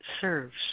serves